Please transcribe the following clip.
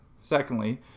Secondly